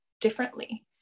differently